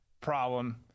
problem